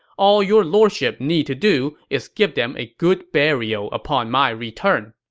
all your lordship need to do is give them a good burial upon my return.